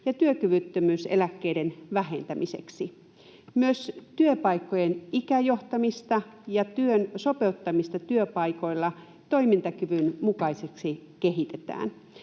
ja työkyvyttömyyseläkkeiden vähentämiseksi. Myös työpaikkojen ikäjohtamista ja työn sopeuttamista työpaikoilla toimintakyvyn mukaiseksi kehitetään.